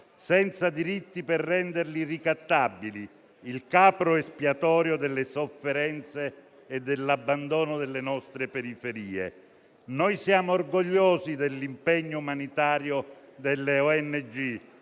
senza diritti per renderli ricattabili, il capro espiatorio delle sofferenze e dell'abbandono delle nostre periferie. Siamo orgogliosi dell'impegno umanitario delle ONG